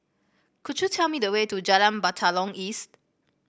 could you tell me the way to Jalan Batalong East